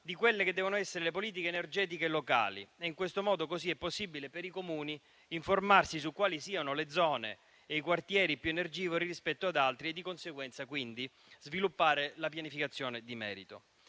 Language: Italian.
di quelle che devono essere le politiche energetiche locali; in questo modo è possibile per i Comuni informarsi su quali siano le zone e i quartieri più energivori rispetto ad altri e di conseguenza sviluppare la pianificazione di merito.